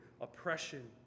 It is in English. oppression